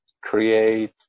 create